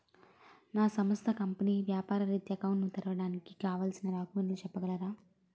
నా సంస్థ కంపెనీ వ్యాపార రిత్య అకౌంట్ ను తెరవడానికి కావాల్సిన డాక్యుమెంట్స్ చెప్పగలరా?